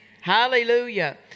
Hallelujah